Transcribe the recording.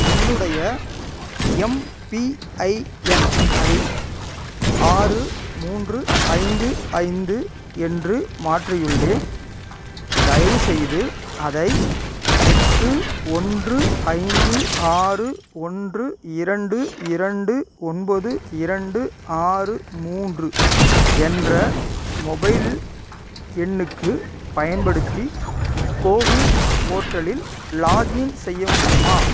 என்னுடைய எம்பிஐஎன் ஐ ஆறு மூன்று ஐந்து ஐந்து என்று மாற்றியுள்ளேன் தயவுசெய்து அதை எட்டு ஒன்று ஐந்து ஆறு ஒன்று இரண்டு இரண்டு ஒன்பது இரண்டு ஆறு மூன்று என்ற மொபைல் எண்ணுக்குப் பயன்படுத்தி கோவின் போர்ட்டலில் லாகின் செய்ய முடியுமா